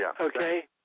Okay